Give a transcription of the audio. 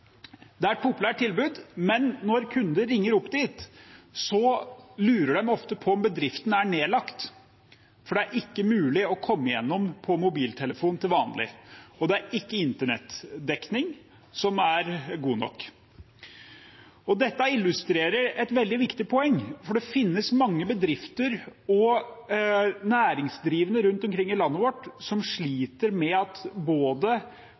Det er et populært tilbud, men når kunder ringer dit, lurer de ofte på om bedriften er nedlagt, for det er ikke mulig å komme igjennom på mobiltelefon til vanlig. Det er heller ikke en internettdekning der som er god nok. Dette illustrerer et veldig viktig poeng, for det finnes mange bedrifter og næringsdrivende rundt omkring i landet vårt som sliter med at tilbudet for både